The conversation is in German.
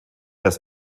das